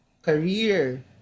Career